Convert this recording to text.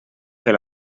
fer